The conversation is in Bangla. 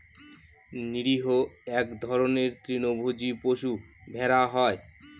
নিরীহ এক ধরনের তৃণভোজী পশু ভেড়া হয়